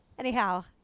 Anyhow